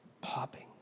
popping